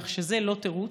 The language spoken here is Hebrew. כך שזה לא תירוץ.